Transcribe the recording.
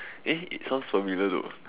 eh it sounds familiar though